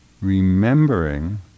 remembering